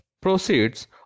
proceeds